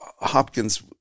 Hopkins